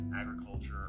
agriculture